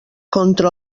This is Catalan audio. contra